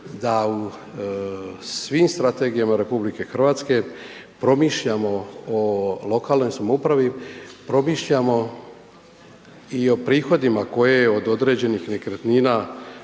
da u svim strategijama RH promišljamo o lokalnoj samoupravi, promišljamo i o prihodima koje od određenih nekretnina